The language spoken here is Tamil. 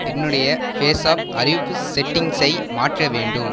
என்னுடைய பேசாப் அறிவிப்பு செட்டிங்ஸை மாற்ற வேண்டும்